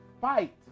fight